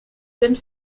sind